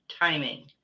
timing